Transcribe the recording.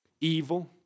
evil